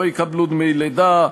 לא יקבלו דמי לידה,